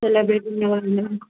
సెలబ్రెటీని ఎవరన్నా